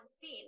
scene